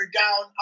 down